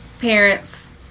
parents